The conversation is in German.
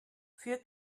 für